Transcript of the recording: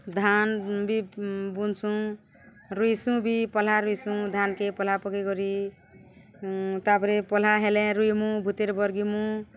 ଧାନ୍ ବି ବୁନ୍ସୁଁ ରୁଇସୁଁ ବି ପଲା ରୁଇସୁଁ ଧାନ୍କେ ପଲା ପକେଇ କରି ତା'ପରେ ପଲା ହେଲେ ରୁଇମୁଁ ଭୁତେର୍ ବର୍ଗିମୁ